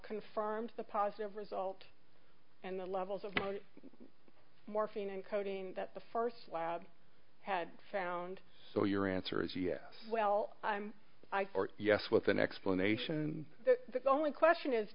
confirmed the positive result and the levels of morphine encoding that the first lab had found so your answer is yes well i'm yes with an explanation that the only question is